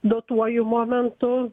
duotuoju momentu